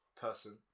person